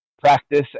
practice